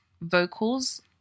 vocals